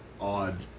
odd